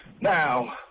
Now